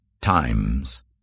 times